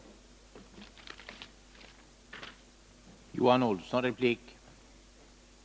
främja utländska företags etablering i Sverige